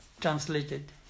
translated